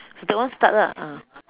so that one start lah ah